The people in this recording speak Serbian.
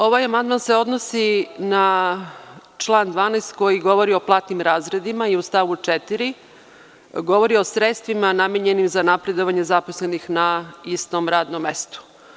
Ovaj amandman se odnosi na član 12. koji govori o platnim razredima i u stavu 4. govori o sredstvima namenjenim za napredovanje zaposlenih na istom radnom mestu.